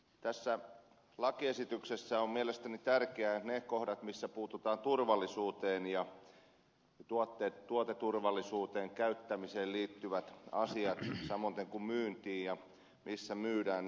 tässä lakiesityksessä ovat mielestäni tärkeitä ne kohdat missä puututaan turvallisuuteen ja tuoteturvallisuuteen käyttämiseen liittyviin asioihin samoiten kuin myyntiin ja siihen missä myydään